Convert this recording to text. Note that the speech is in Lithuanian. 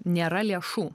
nėra lėšų